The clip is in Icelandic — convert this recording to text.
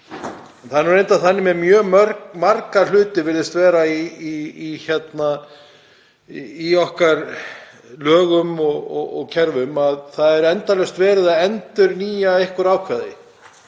reyndar þannig með mjög marga hluti, virðist vera, í okkar lögum og kerfum að það er endalaust verið að endurnýja einhver ákvæði.